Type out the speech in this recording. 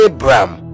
Abraham